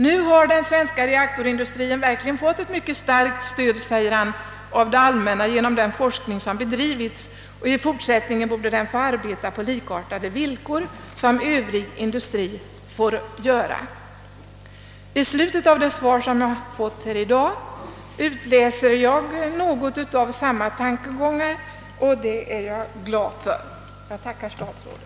Nu har den svenska reaktorindustrin verkligen fått ett mycket starkt stöd av det allmänna genom den forskning som bedrivits, och i fortsättningen borde den få arbeta på likartade villkor som Övrig industri får göra, säger direktör Grafström. I slutet av det svar jag fått i dag utläser jag något av samma tankegångar, och det är jag glad för. Jag tackar statsrådet.